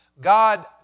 God